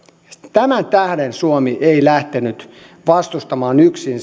tämän tähden suomi ei lähtenyt vastustamaan yksin